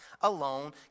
alone